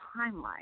timeline